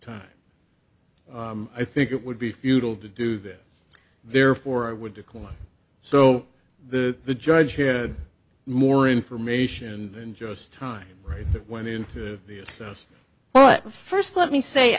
time i think it would be futile to do that therefore i would decline so the the judge had more information than just time that went into the s s but first let me say